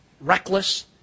reckless